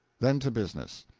then, to business.